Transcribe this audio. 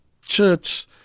church